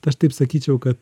aš taip sakyčiau kad